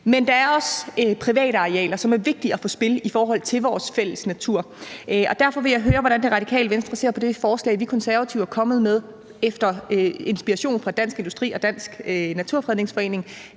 Men der er også private arealer, som er vigtige at få i spil i forhold til vores fælles natur. Derfor vil jeg høre, hvordan De Radikale ser på det forslag, vi Konservative er kommet med, efter inspiration fra Dansk Industri og Danmarks Naturfredningsforening,